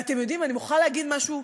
ואתם יודעים, אני מוכרחה לומר משהו,